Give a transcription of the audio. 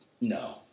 No